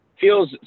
feels